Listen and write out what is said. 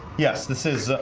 yes, this is.